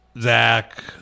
Zach